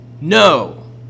no